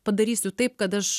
padarysiu taip kad aš